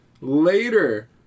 later